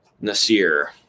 Nasir